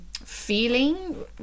feeling